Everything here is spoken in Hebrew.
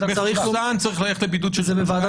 מחוסן צריך ללכת לבידוד של שלושה ימים בכפוף